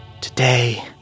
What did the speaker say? today